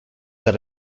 that